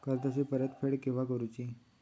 कर्जाची परत फेड केव्हा करुची?